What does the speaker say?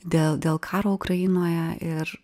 dėl dėl karo ukrainoje ir